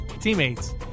teammates